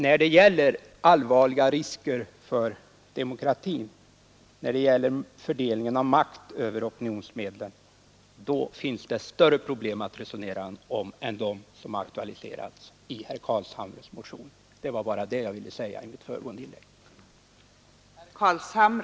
När det gäller just riskerna för demokratin och fördelningen av makt över opinionsbildningen, så finns det större problem att resonera om än de som aktualiserats i herr Carlshamres motion. Det var bara den saken jag ville säga i mitt föregående inlägg.